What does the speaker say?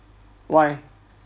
why